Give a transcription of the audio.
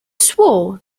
swore